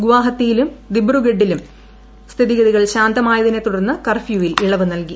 ഗുവാഹത്തിയിലും ദിബ്രുഗഡ്ഡിലും സ്ഥിതിഗതികൾ ശാന്തമായതിനെ തുടർന്ന് കർഫ്യൂവിൽ ഇളവ് നൽകി